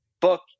Book